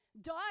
die